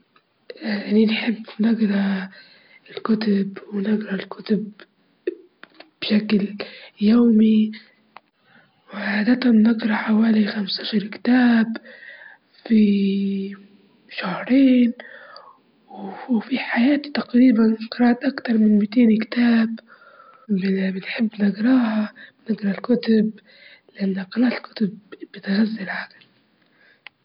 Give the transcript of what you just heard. بيكون على حسب التدريب يعني أنا حوالي يمكن أكتم نفسي من دجيقة لدجيجتين، هذا لو كنت مهيئة نفسيًا، لكن لازم يكون عندي تدريب كافي، مع التدريب بنعرف نكتم نفسي أكتر كل ما نتدرب كل ما نعرف نكتم نفسي.